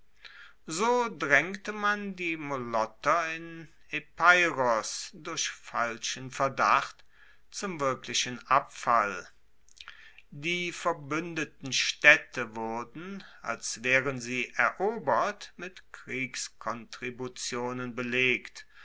so draengte man die molotter in epeiros durch falschen verdacht zum wirklichen abfall die verbuendeten staedte wurden als waeren sie erobert mit kriegskontributionen belegt